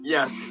Yes